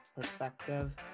perspective